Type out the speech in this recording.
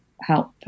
help